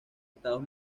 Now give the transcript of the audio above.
estados